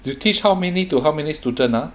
you teach how many to how many student ah